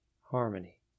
harmony